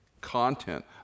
content